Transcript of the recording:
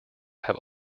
have